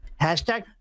Hashtag